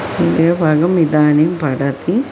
द्वितीयभागम् इदानीं पठति